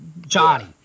Johnny